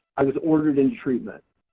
i was ordered into treatment.